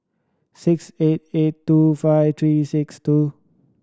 six eight eight two five three six two